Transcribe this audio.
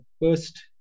first